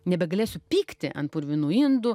nebegalėsiu pykti ant purvinų indų